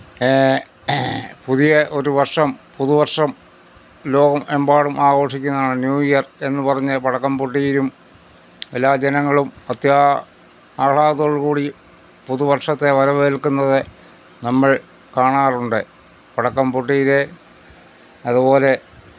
പുതിയ ഒരു വര്ഷം പുതുവര്ഷം ലോകം എമ്പാടും ആഘോഷിക്കുന്നതാണ് ന്യൂ ഇയര് എന്ന് പറഞ്ഞ് പടക്കം പൊട്ടീരും എല്ലാ ജനങ്ങളും അത്യാ ആഹ്ളാദത്തോടുകൂടി പുതുവര്ഷത്തെ വരവേല്ക്കുന്നത് നമ്മള് കാണാറുണ്ട് പടക്കം പൊട്ടീര് അതുപോലെ